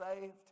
saved